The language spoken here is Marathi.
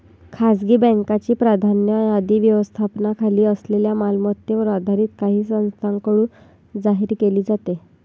खासगी बँकांची प्राधान्य यादी व्यवस्थापनाखाली असलेल्या मालमत्तेवर आधारित काही संस्थांकडून जाहीर केली जाते